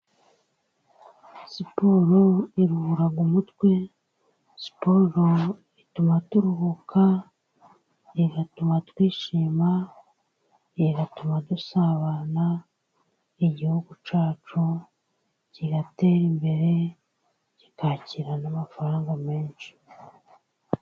Siporo iruhura umutwe, siporo ituma turuhuka, igatuma twishima, igatuma dusabana. N'Igihugu cyacu kigatera imbere, kikakira n'amafaranga menshi.